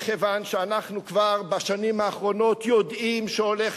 מכיוון שאנחנו בשנים האחרונות כבר יודעים שהולך